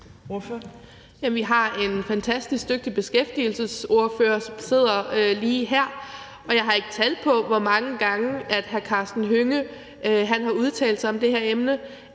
vi har en fantastisk dygtig beskæftigelsesordfører, som sidder lige her, og jeg har ikke tal på, hvor mange gange hr. Karsten Hønge har udtalt sig om det her emne,